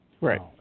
Right